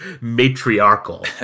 matriarchal